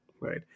right